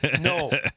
No